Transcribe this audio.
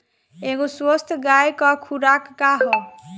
एगो स्वस्थ गाय क खुराक का ह?